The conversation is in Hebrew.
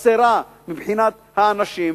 חסרה מבחינת האנשים,